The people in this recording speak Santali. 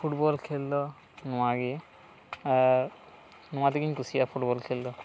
ᱯᱷᱩᱴᱵᱚᱞ ᱠᱷᱮᱞ ᱫᱚ ᱱᱚᱶᱟ ᱜᱮ ᱟᱨ ᱱᱚᱶᱟ ᱛᱮᱜᱮᱧ ᱠᱩᱥᱤᱭᱟᱜ ᱯᱷᱩᱴᱵᱚᱞ ᱠᱷᱮᱞ ᱫᱚ